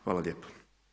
Hvala lijepo.